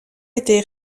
été